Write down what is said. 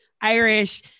Irish